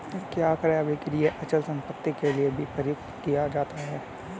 क्या क्रय अभिक्रय अचल संपत्ति के लिये भी प्रयुक्त किया जाता है?